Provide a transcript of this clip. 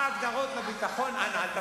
"קסאמים" בדרום הארץ, באשקלון ובשדרות.